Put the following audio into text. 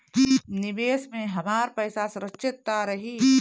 निवेश में हमार पईसा सुरक्षित त रही?